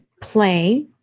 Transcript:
play